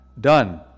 done